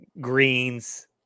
greens